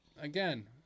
again